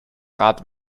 rad